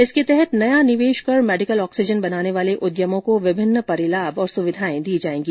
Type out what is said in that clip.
इसके तहत नया निवेश कर मेडिकल ऑक्सीजन बनाने वाले उद्यमों को विभिन्न परिलाभ और सुविधाएं दी जाएगी